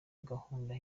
gahunda